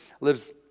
lives